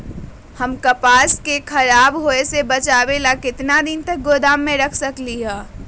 हम कपास के खराब होए से बचाबे ला कितना दिन तक गोदाम में रख सकली ह?